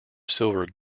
silver